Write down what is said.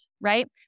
right